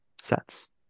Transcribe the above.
sets